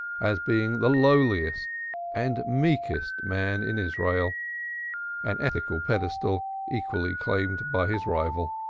as being the lowliest and meekest man in israel an ethical pedestal equally claimed by his rival.